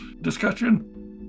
discussion